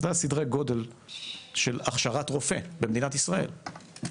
אלה סדרי הגודל של הכשרת רופא במדינת ישראל.